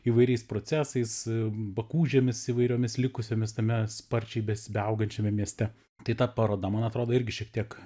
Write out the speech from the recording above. įvairiais procesais bakūžėmis įvairiomis likusiomis tame sparčiai besdauginančiame mieste tai ta paroda man atrodo irgi šiek tiek